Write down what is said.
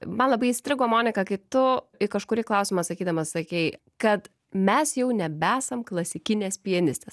man labai įstrigo monika kai tu į kažkurį klausimą sakydama sakei kad mes jau nebesam klasikinės pianistės